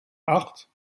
acht